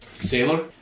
sailor